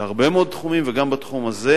בהרבה מאוד תחומים וגם בתחום הזה,